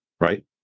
right